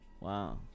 Wow